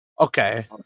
Okay